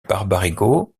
barbarigo